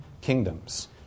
kingdoms